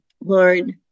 Lord